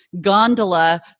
gondola